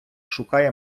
шукає